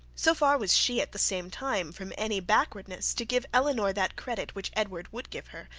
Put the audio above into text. so far was she, at the same time, from any backwardness to give elinor that credit which edward would give her,